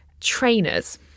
trainers